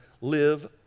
live